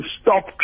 stop